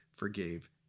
Forgave